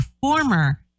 former